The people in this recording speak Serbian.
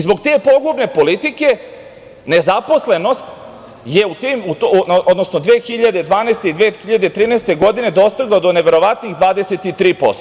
Zbog te pogubne politike, nezaposlenost je 2012. i 2013. godine dostigla do neverovatnih 23%